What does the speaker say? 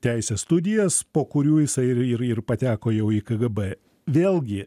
teisės studijas po kurių jisai ir ir ir pateko jau į kgb vėlgi